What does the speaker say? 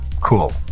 Cool